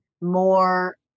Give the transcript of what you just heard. more